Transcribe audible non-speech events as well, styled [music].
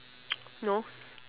[noise] no